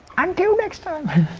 until next time!